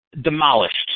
demolished